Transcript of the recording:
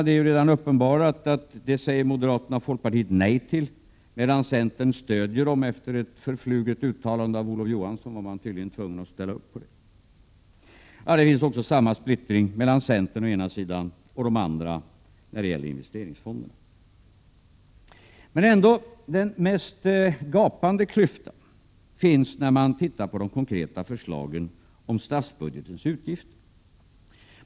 Det är redan uppenbarat att moderaterna och folkpartiet säger nej till likviditetsindragningarna, medan centern stödjer dem. Efter ett förfluget uttalande av Olof Johansson var centern tydligen tvungen att ställa sig bakom dem. Samma splittring mellan centern å ena sidan och de andra borgerliga partierna å den andra finns också när det gäller investeringsfonder. Den mest gapande klyftan mellan de borgerliga finner man när man granskar de konkreta förslagen om statsbudgetens utgifter.